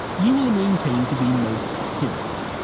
you will maintain to be most serious.